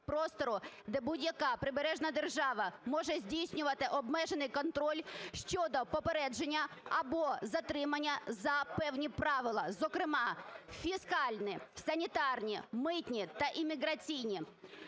де будь-яка прибережна держава може здійснювати обмежений контроль щодо попередження або затримання за певні правила, зокрема, фіскальні, санітарні, митні та еміграційні.